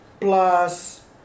plus